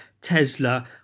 Tesla